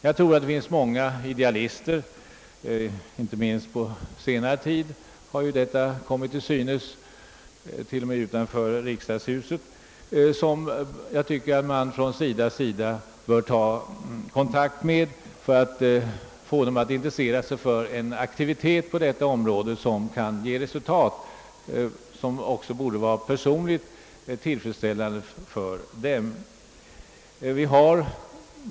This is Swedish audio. Jag tror att det finns många idealister — det har visat sig inte minst under senare tid, till och med här utanför riksdags huset — som SIDA bör ta kontakt med för att försöka få dem intresserade för en aktivitet på detta område som kan ge resultat och även vara till personlig tillfredsställelse för dem.